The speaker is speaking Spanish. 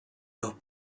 los